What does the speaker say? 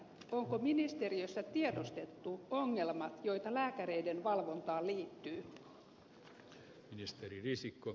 onko ministeriössä tiedostettu ongelmat joita lääkäreiden valvontaan liittyy